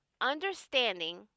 understanding